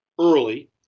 early